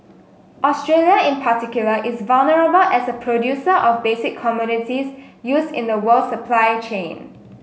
Australia in particular is vulnerable as a producer of basic commodities used in the world supply chain